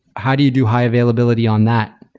how do you do high-availability on that?